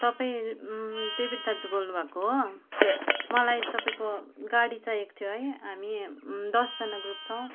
तपाईँ डेभिड दाजु बोल्नु भएको हो मलाई तपाईँको गाडी चाहिएको थियो है हामी दसजना ग्रुप छौँ